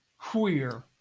queer